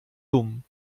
dumm